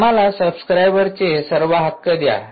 आम्हाला सबस्क्राइबरचे सर्व हक्क द्या